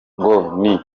ngo